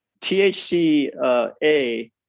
THC-A